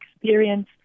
experience